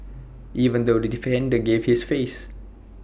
even though the defender gave this face